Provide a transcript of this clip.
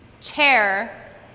chair